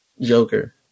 Joker